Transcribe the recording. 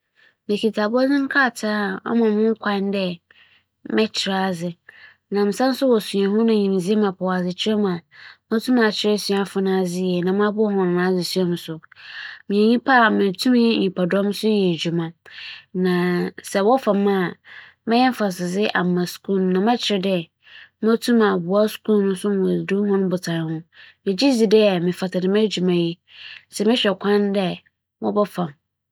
M'ayɛ edwuma mu panyin da ntsi, mebɛkasa afa mo suahun ho na m'akyerɛ hͻn a wͻrototo m'ano no kwan a mebɛfa do m'aboa mma mo dwuma no edzi mu. Afei so, mebɛkyerɛ hͻn mo mbͻdzembͻ bi a meetum ayeyɛɛ a nkorͻfo nyim na ͻno bͻboa ma wͻagye me edzi na wͻafa me.